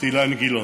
אילן גילאון.